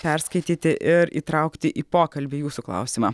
perskaityti ir įtraukti į pokalbį jūsų klausimą